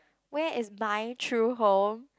where is my true home